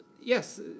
yes